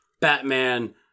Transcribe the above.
Batman